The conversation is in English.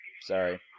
Sorry